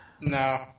No